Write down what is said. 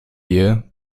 year